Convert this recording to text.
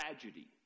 tragedy